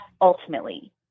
ultimately